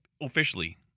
officially